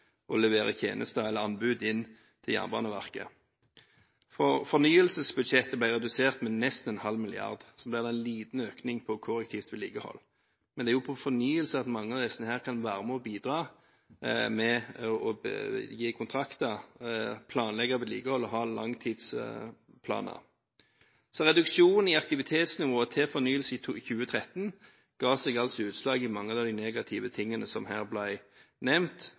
man leverer tjenester eller anbud til Jernbaneverket. Fornyelsesbudsjettet ble redusert med nesten ½ mrd. kr, så ble det en liten økning på kollektivt vedlikehold. Men det er på fornyelse at mange av disse kan være med og bidra, gi kontrakter, planlegge vedlikehold og ha langtidsplaner. Reduksjonen i aktivitetsnivået til fornyelse i 2013 ga seg altså for de private entreprenørene utslag i mange av de negative tingene som er nevnt her.